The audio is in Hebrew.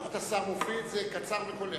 "מוכתסר מופיד" זה קצר וקולע.